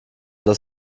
das